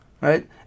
right